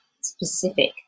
specific